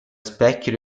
specchio